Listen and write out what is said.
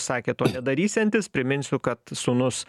sakė to nedarysiantis priminsiu kad sūnus